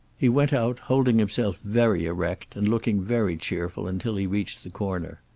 he went out, holding himself very erect and looking very cheerful until he reached the corner.